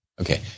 Okay